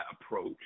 approach